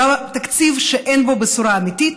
זה תקציב שאין בו בשורה אמיתית.